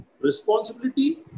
responsibility